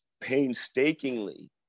painstakingly